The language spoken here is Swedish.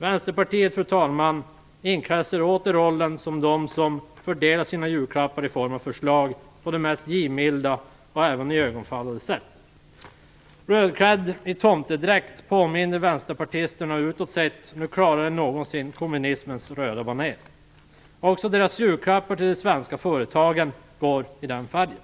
Vänsterpartiet, fru talman, iklär sig åter rollen som den som fördelar sina julklappar i form av förslag på det mest givmilda och iögonenfallande sätt. Rödklädda i tomtedräkt påminner vänsterpartisterna utått sett nu klarare än någonsin om kommunismens röda banér. Också deras julklappar till de svenska företagen går i den färgen.